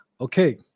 Okay